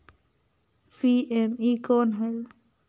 PME कौन होयल?